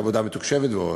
עבודה מתוקשבת ועוד.